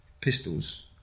pistols